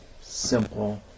simple